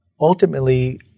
ultimately